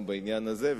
גם בעניין הזה,